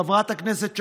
חברת הכנסת שקד,